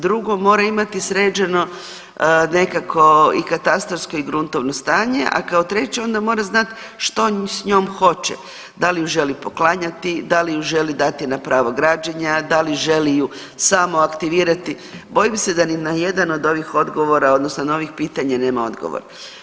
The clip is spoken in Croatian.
Drugo, mora imati sređeno nekako i katastarsko i gruntovno stanje, a kao treće onda mora znat što s njom hoće, da li ju želi poklanjati, da li ju želi dati na pravo građenja, da li želi ju samo aktivirati, bojim se da na nijedan od ovih odgovora odnosno na ovih pitanja nema odgovor.